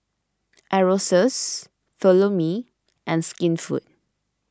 Aerosoles Follow Me and Skinfood